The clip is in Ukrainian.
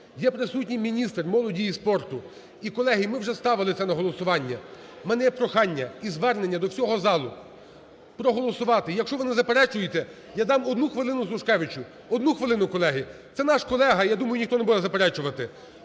Є присутній міністр молоді і спорту. І, колеги, ми вже ставили це на голосування. В мене є прохання і звернення до всього залу проголосувати. Якщо ви не заперечуєте, я дам одну хвилину Сушкевичу, одну хвилину, колеги. Це наш колега, я думаю, ніхто не буде заперечувати.